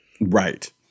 Right